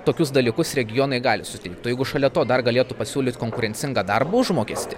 tokius dalykus regionai gali suteikt o jeigu šalia to dar galėtų pasiūlyt konkurencingą darbo užmokestį